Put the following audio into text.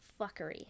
fuckery